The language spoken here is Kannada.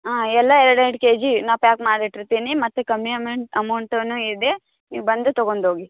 ಹಾಂ ಎಲ್ಲ ಎರಡು ಎರಡು ಕೆ ಜಿ ನಾ ಪ್ಯಾಕ್ ಮಾಡಿ ಇಟ್ಟಿರ್ತೀನಿ ಮತ್ತೆ ಕಮ್ಮಿ ಅಮೆ ಅಮೌಂಟುನು ಇದೆ ನೀವು ಬಂದು ತಗೊಂಡ್ ಹೋಗಿ